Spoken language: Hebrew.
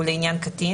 ולעניין קטין,